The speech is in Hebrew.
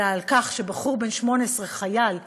אלא לכך שבחור בן 18, חייל קרבי,